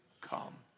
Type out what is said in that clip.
come